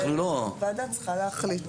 הוועדה צריכה להחליט.